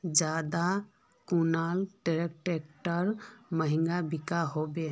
ज्यादा कुन ट्रैक्टर महंगा बिको होबे?